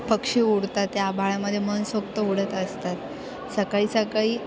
पक्षी उडतात त्या आभाळामध्ये मनसोक्त उडत असतात सकाळी सकाळी